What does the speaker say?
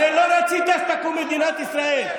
הרי לא רציתם שתקום מדינת ישראל.